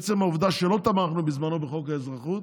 עצם העובדה שלא תמכנו בזמנו בחוק האזרחות,